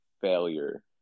failure